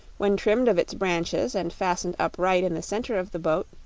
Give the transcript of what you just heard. when trimmed of its branches and fastened upright in the center of the boat,